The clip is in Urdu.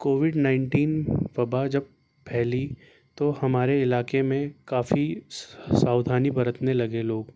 کووڈ نائنٹین وبا جب پھیلی تو ہمارے علاقے میں کافی ساؤدھانی برتنے لگے لوگ